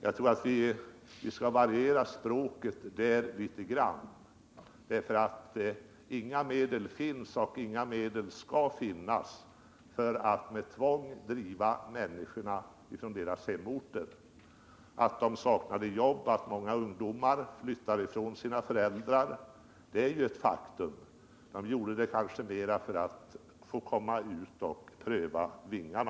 Jag tror att vi bör variera språket litet grand på den punkten, eftersom det inte finns och inte heller skall finnas några medel för att med tvång driva människorna från deras hemorter. Att många saknat jobb och att många ungdomar flyttar från sina föräldrar är ett faktum, men ungdomarna gör kanske detta mera för att få komma ut och pröva sina vingar.